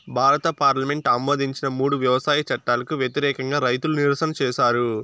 భారత పార్లమెంటు ఆమోదించిన మూడు వ్యవసాయ చట్టాలకు వ్యతిరేకంగా రైతులు నిరసన చేసారు